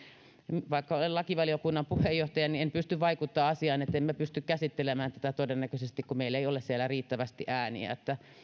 vaikka olen lakivaliokunnan puheenjohtaja en pysty vaikuttamaan asiaan emme pysty käsittelemään tätä todennäköisesti kun meillä ei ole siellä riittävästi